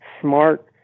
smart